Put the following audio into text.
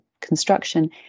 construction